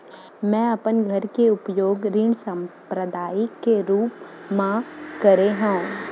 मै अपन घर के उपयोग ऋण संपार्श्विक के रूप मा करे हव